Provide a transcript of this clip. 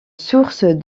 source